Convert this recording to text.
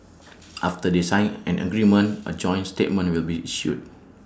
after they sign an agreement A joint statement will be issued